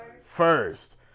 First